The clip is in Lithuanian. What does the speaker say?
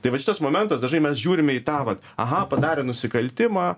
tai va šitas momentas dažnai mes žiūrime į tą vat aha padarė nusikaltimą